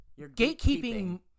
gatekeeping